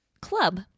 club